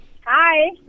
Hi